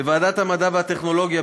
בוועדת המדע והטכנולוגיה,